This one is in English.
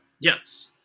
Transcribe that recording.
Yes